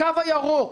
הקו הירוק,